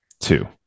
two